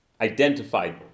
identified